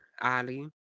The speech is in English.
Ali